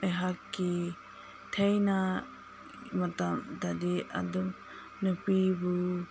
ꯑꯩꯍꯥꯛꯀꯤ ꯊꯥꯏꯅ ꯃꯇꯝꯗꯗꯤ ꯑꯗꯨꯝ ꯅꯨꯄꯤꯕꯨ